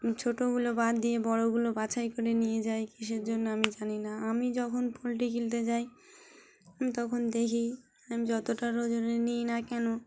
ছোটগুলো বাদ দিয়ে বড়গুলো বাছাই করে নিয়ে যাই কিসের জন্য আমি জানি না আমি যখন পোলট্রি কিনতে যাই আমি তখন দেখি আমি যতটা ওজনে নিই না কেন